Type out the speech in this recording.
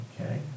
Okay